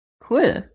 Cool